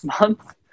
month